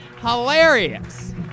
hilarious